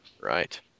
right